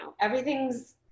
everything's